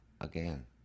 again